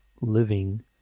living